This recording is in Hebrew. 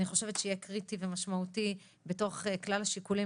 אני חושבת שיהיה קריטי ומשמעותי בתוך כלל השיקולים